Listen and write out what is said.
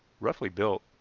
roughly built,